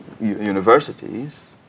universities